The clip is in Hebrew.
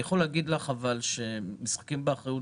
אבל אני יכול להגיד לך ש"משחקים באחריות"